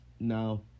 No